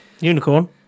Unicorn